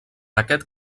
aquest